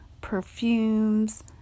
perfumes